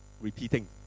repeating